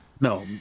No